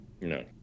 No